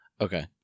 Okay